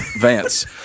Vance